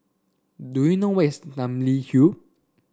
do you know where is Namly Hill